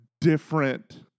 different